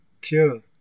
cure